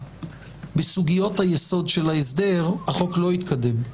בסוגיות היסוד של ההסדר החוק לא יתקדם.